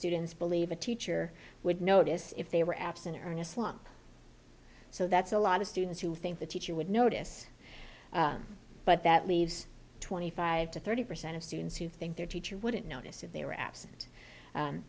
students believe a teacher would notice if they were absent or in a slump so that's a lot of students who think the teacher would notice but that leaves twenty five to thirty percent of students who think their teacher wouldn't notice if they were a